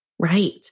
Right